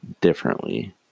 differently